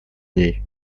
ней